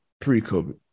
pre-COVID